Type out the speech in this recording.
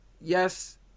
yes